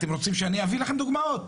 אתם רוצים שאני אביא לכם דוגמאות?